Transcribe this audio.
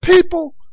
people